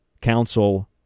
Council